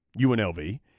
UNLV